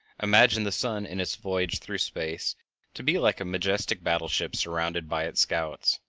imagine the sun in its voyage through space to be like a majestic battleship surrounded by its scouts.